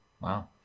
Wow